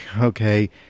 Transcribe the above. Okay